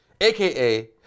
AKA